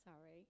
Sorry